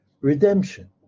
redemption